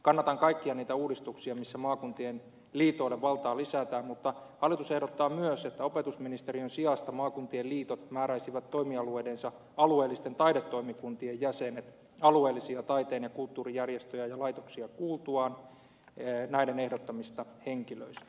kannatan kaikkia niitä uudistuksia missä maakuntien liitoille valtaa lisätään mutta hallitus ehdottaa myös että opetusministeriön sijasta maakuntien liitot määräisivät toimialueidensa alueellisten taidetoimikuntien jäsenet alueellisia taiteen ja kulttuurijärjestöjä ja laitoksia kuultuaan näiden ehdottamista henkilöistä